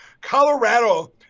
Colorado